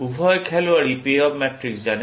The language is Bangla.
উভয় খেলোয়াড়ই পেঅফ ম্যাট্রিক্স জানেন